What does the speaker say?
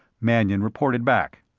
mannion reported back.